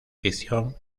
ficción